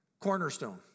Cornerstone